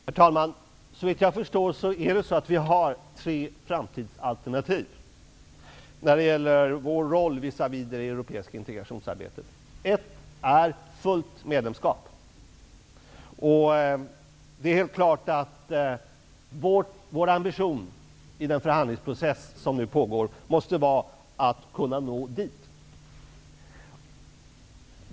Herr talman! Såvitt jag förstår har vi tre framtidsalternativ när det gäller vår roll visavi det europeiska integrationsarbetet. Det första alternativet är fullt medlemskap. Det är helt klart att vår ambition i den förhandlingsprocess som nu pågår är att nå dit.